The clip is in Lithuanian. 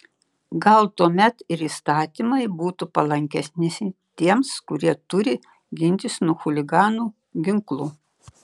gal tuomet ir įstatymai būtų palankesni tiems kurie turi gintis nuo chuliganų ginklu